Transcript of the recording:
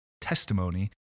testimony